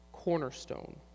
cornerstone